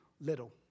little